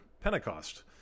Pentecost